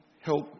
help